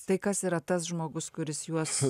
tai kas yra tas žmogus kuris juos